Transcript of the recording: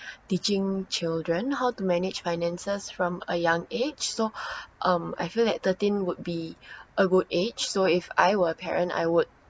teaching children how to manage finances from a young age so um I feel that thirteen would be a good age so if I were a parent I would